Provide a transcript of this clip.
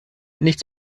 nichts